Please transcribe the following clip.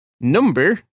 Number